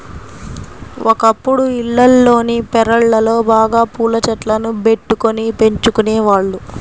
ఒకప్పుడు ఇళ్లల్లోని పెరళ్ళలో బాగా పూల చెట్లను బెట్టుకొని పెంచుకునేవాళ్ళు